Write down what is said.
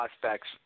prospects